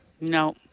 No